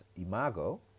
Imago